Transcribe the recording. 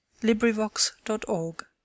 Librivox.org